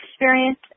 experience